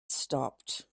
stopped